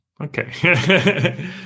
Okay